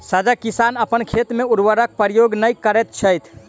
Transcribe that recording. सजग किसान अपन खेत मे उर्वरकक प्रयोग नै करैत छथि